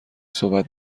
صحبت